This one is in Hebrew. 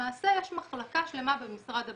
למעשה יש מחלקה שלמה במשרד הבריאות,